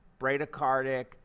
bradycardic